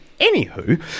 Anywho